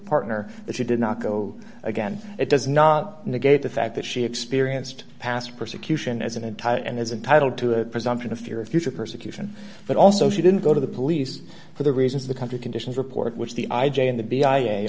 partner that she did not go again it does not negate the fact that she experienced past persecution as an entire and as entitled to a presumption of fear of future persecution but also she didn't go to the police for the reasons the country conditions report which the i j a in the b i a